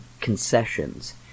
concessions